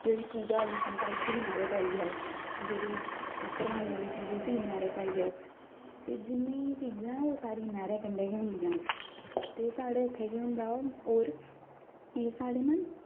जेह्ड़ी पूज़ा आह्ली चीज ऐ उस्सी बी नैह्रा पाई आओ जेह्ड़ा भरवानें आह्ली चीज़ ऐ उस्सी बी नैह्रै पाई आओ ते जिन्नी चीजां ऐ ओह् सारियां नैह्रै कंढै गै होंदियां न ते साढ़े इत्थै केह् होंदा होर एह् साढ़ै ना